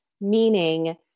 meaning